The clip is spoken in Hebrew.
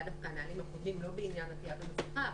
היו דווקא הנהלים הקודמים לא בעניין עטיית המסכה,